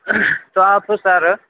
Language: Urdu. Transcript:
تو آپ سر